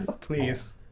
please